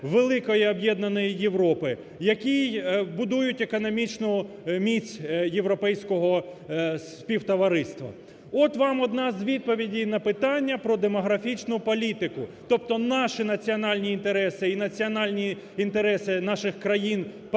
великої об'єднаної Європи, які будуть економічну міць європейського співтовариства. От вам одна з відповідей на питання про демографічну політику, тобто наші національні інтереси і національні інтереси наших країн-партнерів,